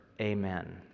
Amen